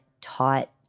taught